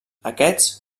aquests